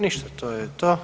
Ništa to je to.